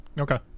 Okay